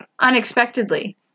Unexpectedly